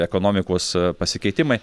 ekonomikos pasikeitimai